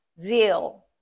zeal